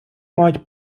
мають